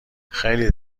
خیلی